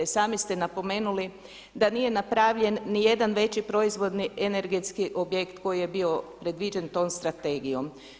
I sami ste napomenuli da nije napravljen ni jedan veći proizvodni energetski objekt koji je bio predviđen tom strategijom.